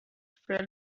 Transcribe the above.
fell